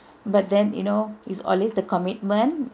but then you know it's always the commitment